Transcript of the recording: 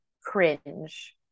cringe